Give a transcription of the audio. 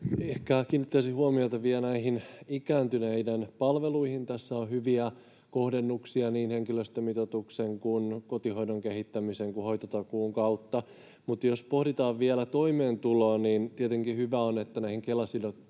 Ehkä kiinnittäisin huomiota vielä näihin ikääntyneiden palveluihin. Tässä on hyviä kohdennuksia niin henkilöstömitoituksen kuin kotihoidon kehittämisen kuin hoitotakuun kautta. Mutta jos pohditaan vielä toimeentuloa, niin tietenkin hyvä on, että näihin Kela-sidonnaisiin